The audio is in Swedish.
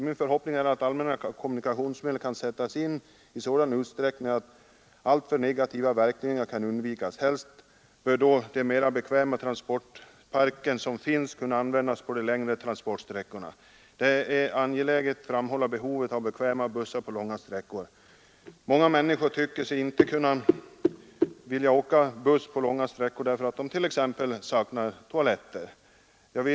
Min förhoppning är att allmänna kommunikationsmedel kan sättas in i sådan utsträckning att alltför negativa verkningar skall undvikas. Helst bör då den mer bekväma transportpark som finns användas på de längre sträckorna. Det är angeläget att framhålla behovet av bekväma bussar på långa sträckor. Många människor vill inte åka buss på långa sträckor därför att t.ex. toaletter saknas.